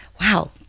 wow